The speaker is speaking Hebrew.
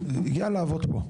הגיעה לעבוד פה,